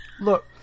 Look